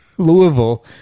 Louisville